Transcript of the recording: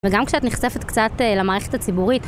וגם כשאת נחשפת קצת למערכת הציבורית